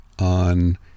on